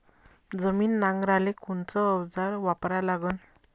जमीन नांगराले कोनचं अवजार वापरा लागन?